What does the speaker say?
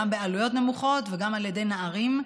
גם בעלויות נמוכות וגם על ידי נערים,